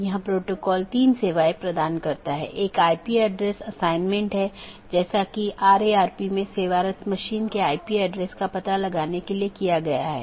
जबकि जो स्थानीय ट्रैफिक नहीं है पारगमन ट्रैफिक है